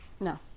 No